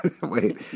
Wait